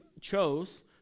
chose